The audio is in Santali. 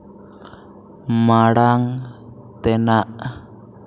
ᱢᱟᱲᱟᱝ ᱛᱮᱱᱟᱜ